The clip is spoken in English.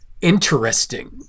interesting